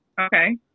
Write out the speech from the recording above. okay